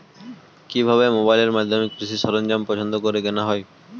কিভাবে মোবাইলের মাধ্যমে কৃষি সরঞ্জাম পছন্দ করে কেনা হয়?